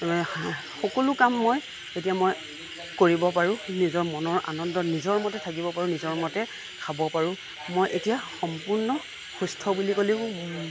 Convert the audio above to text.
সকলো কাম মই এতিয়া মই কৰিব পাৰোঁ নিজৰ মনৰ আনন্দত নিজৰ মতে থাকিব পাৰোঁ নিজৰ মতে খাব পাৰোঁ মই এতিয়া সম্পূৰ্ণ সুস্থ বুলি ক'লেও